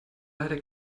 leider